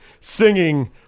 singing